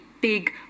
big